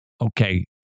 Okay